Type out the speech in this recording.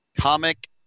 Comic